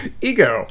ego